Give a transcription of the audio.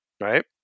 Right